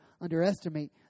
underestimate